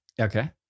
Okay